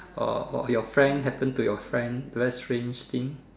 or or your friend happened to your friend a strange thing